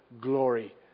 glory